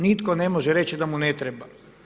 Nitko ne može reći da mu ne treba.